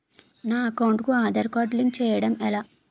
నా అకౌంట్ కు Aadhaar card link చేయడం ఎలా?